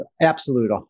absolute